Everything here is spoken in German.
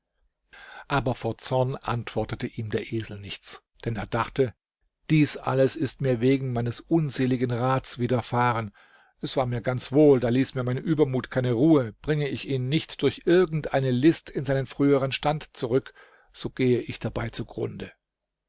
aber vor zorn antwortete ihm der esel nichts denn er dachte dies alles ist mir wegen meines unseligen rats widerfahren es war mir ganz wohl da ließ mir mein übermut keine ruhe bringe ich ihn nicht durch irgend eine list in seinen früheren stand zurück so gehe ich dabei zugrunde